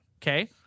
Okay